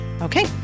Okay